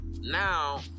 now